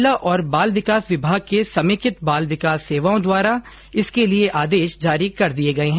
महिला और बाल विकास विभाग के समेकित बाल विकास सेवाओं द्वारा इसके लिए आदेश जारी कर दिये गए है